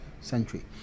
century